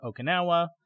Okinawa